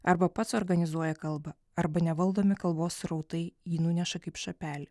arba pats organizuoja kalbą arba nevaldomi kalbos srautai jį nuneša kaip šapelį